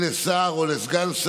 הגיע, הקים.